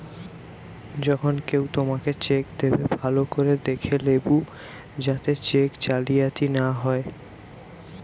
যখন কেও তোমাকে চেক দেবে, ভালো করে দেখে লেবু যাতে চেক জালিয়াতি না হয়